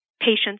patients